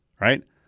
Right